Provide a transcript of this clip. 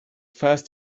first